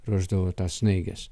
ruošdavo tą snaiges